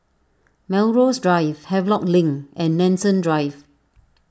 Melrose Drive Havelock Link and Nanson Drive